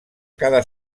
cada